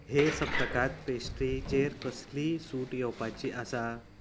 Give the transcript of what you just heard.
हे सप्तकांत पेस्ट्रीचेर कसलीय सूट येवपाची आसा